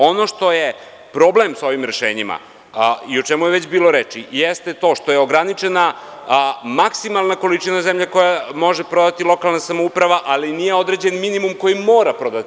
Ono što je problem sa ovim rešenjima i o čemu je već bilo reči jeste to što je ograničena maksimalno količina zemlje koja može prodati lokalna samouprava, ali nije određen minimum koji mora prodati.